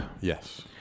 Yes